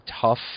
tough